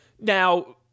Now